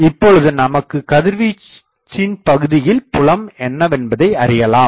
இப்பொழுது நமக்கு கதிர்வீச்சின் பகுதியில் புலம் என்னவென்பதை அறியலாம்